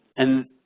and,